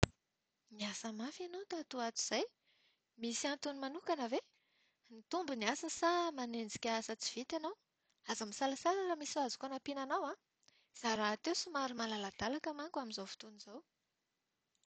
Niasa mafy ianao tato ho ato izay. Misy antony manokana ve? Nitombo ny asa sa manenjika asa tsy vita ianao? Aza misalasala raha misy azoko hanampiana anao. Izaho rahateo somary malaladalaka manko amin'izao fotoana izao.